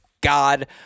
God